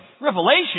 Revelation